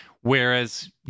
Whereas